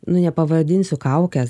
nu nepavadinsiu kaukės